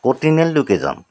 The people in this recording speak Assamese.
ক'ত তিনি আলিলৈকে যাম